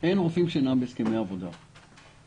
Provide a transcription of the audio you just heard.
אין רופאים שאינם בהסכמי עבודה אצלנו.